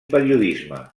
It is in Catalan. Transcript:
periodisme